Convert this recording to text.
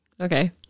okay